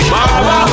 Baba